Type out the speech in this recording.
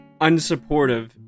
unsupportive